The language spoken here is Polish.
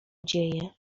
dzieje